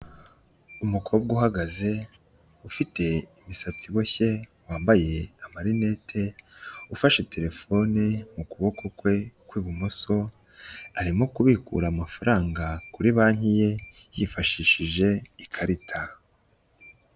Umukobwa uhagaze ufite imisatsi iboshye wambaye amarinete ufashe terefone mu kuboko kwe kw'ibumoso, arimo kubikura amafaranga kuri banki ye yifashishije ikarita.